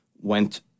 went